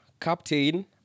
Captain